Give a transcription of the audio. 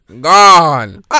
gone